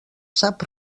sap